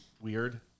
weird